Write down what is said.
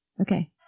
Okay